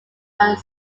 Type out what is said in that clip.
are